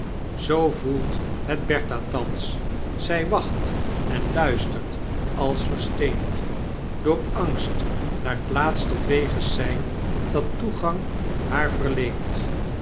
zoo voelt het bertha thans zij wacht en luistert als versteend door angst naar tlaatste veege sein dat toegang haar verleent